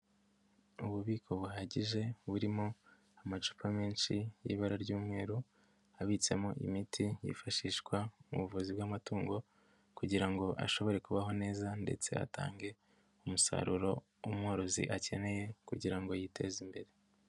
Ububiko buhagije, burimo amacupa menshi y'ibara ry'umweru, abitsemo imiti, yifashishwa mu buvuzi bw'amatungo kugira ngo ashobore kubaho neza ndetse atange umusaruro umworozi akeneye kugira ngo yiteze imbere.